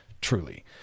truly